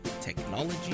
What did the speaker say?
technology